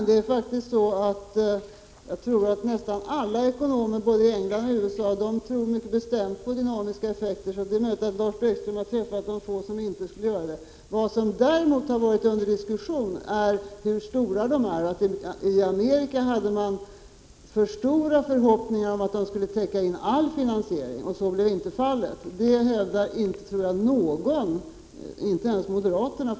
Herr talman! Nästan alla ekonomer, både i England och i USA, tror mycket bestämt på dynamiska effekter. Det är möjligt att Lars Bäckström har träffat de få som inte skulle göra det. Vad som däremot har varit under diskussion är hur stora de dynamiska effekterna är. I Amerika hade man för stora förhoppningar och trodde att de skulle täcka in all finansiering, men så blev inte fallet. Att så skulle bli fallet i Sverige hävdar inte någon, tror jag, inte ens moderaterna.